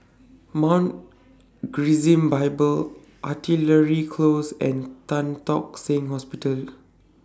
Mount Gerizim Bible Artillery Close and Tan Tock Seng Hospital